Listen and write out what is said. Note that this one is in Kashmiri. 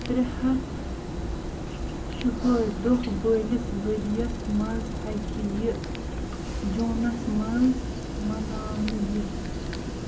ترٛےٚ ہَتھ شُہٲٹھ دۄہ وٲلِس ؤریس منٛز ہٮ۪کہِ یہِ جوٗنس منٛز مناونہٕ یِتھ